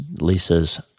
Lisa's